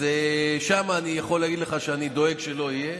אז שם אני יכול להגיד לך שאני דואג שלא יהיה.